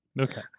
Okay